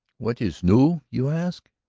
what is new, you ask?